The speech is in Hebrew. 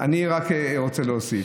אני רק רוצה להוסיף.